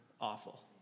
awful